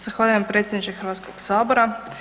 Zahvaljujem predsjedniče Hrvatskog sabora.